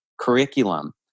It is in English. curriculum